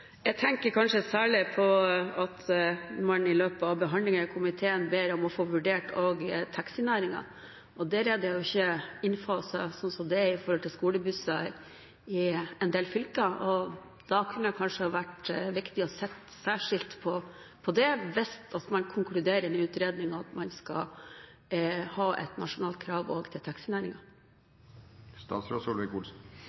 Jeg tenker kanskje særlig på at man i løpet av behandlingen i komiteen ber om å få vurdert taxinæringen også. Der er jo ikke dette innfaset, slik det er i skolebusser i en del fylker. Da kunne det kanskje ha vært viktig å ha sett særskilt på det hvis man konkluderer utredningen med at man skal ha et nasjonalt krav også til